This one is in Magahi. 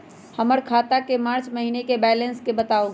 हमर खाता के मार्च महीने के बैलेंस के बताऊ?